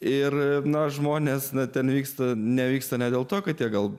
ir na žmonės na ten vyksta nevyksta ne dėl to kad tie gal